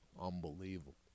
Unbelievable